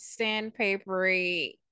sandpapery